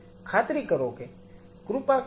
ખાતરી કરો કે કૃપા કરીને